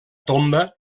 tomba